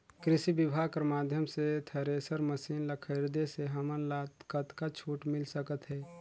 कृषि विभाग कर माध्यम से थरेसर मशीन ला खरीदे से हमन ला कतका छूट मिल सकत हे?